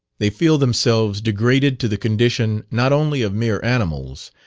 they feel themselves degraded to the condition not only of mere animals,